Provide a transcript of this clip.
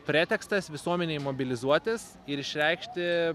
pretekstas visuomenei mobilizuotis ir išreikšti